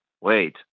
wait